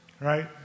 right